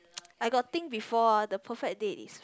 I got think before ah the perfect date is